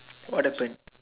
what happened